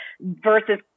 versus